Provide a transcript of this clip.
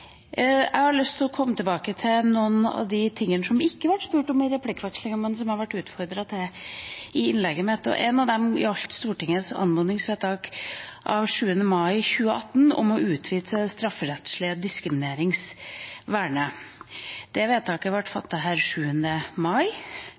Jeg har lyst til å komme tilbake til noe av det som det ikke ble spurt om i replikkvekslingen, men som jeg ble utfordret til i innlegget mitt. Det gjaldt Stortingets anmodningsvedtak av 7. mai 2018 om å utvide det strafferettslige diskrimineringsvernet. Vedtaket ble